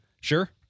Sure